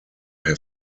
have